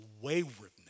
waywardness